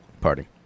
Party